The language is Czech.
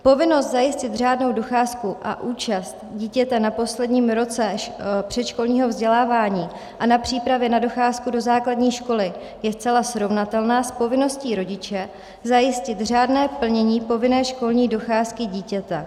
Povinnost zajistit řádnou docházku a účast dítěte na posledním roce předškolního vzdělávání a na přípravě na docházku do základní školy je zcela srovnatelná s povinností rodiče zajistit řádné plnění povinné školní docházky dítěte.